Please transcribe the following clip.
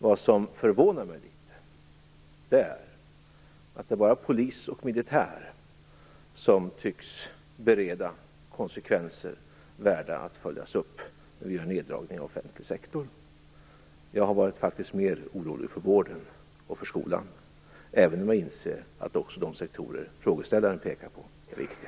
Vad som förvånar mig litet är att det i samband med neddragningar i offentlig sektor bara är konsekvenserna för polis och militär som tycks värda att följas upp. Jag har faktiskt varit mer orolig för vården och skolan, även om jag inser att också de sektorer som frågeställaren pekar på är viktiga.